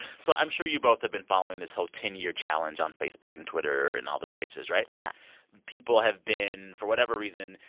so i'm sure you both have been following this whole ten year challenge on facebook and twitter and all the spaces, right? yeah people have been, for whatever reason,